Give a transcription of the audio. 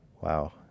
wow